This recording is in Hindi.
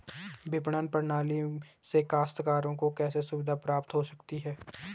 विपणन प्रणाली से काश्तकारों को कैसे सुविधा प्राप्त हो सकती है?